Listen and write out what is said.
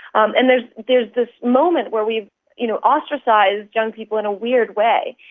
um and there's there's this moment where we've you know ostracised young people in a weird way,